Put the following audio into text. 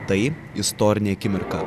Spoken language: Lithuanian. tai istorinė akimirka